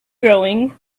growing